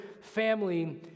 family